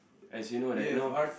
as you know that you know